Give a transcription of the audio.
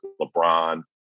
LeBron